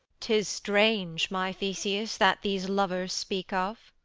tis strange, my theseus, that these lovers speak of.